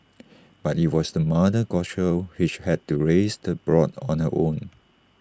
but IT was the mother goshawk which had to raise the brood on her own